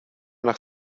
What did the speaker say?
nach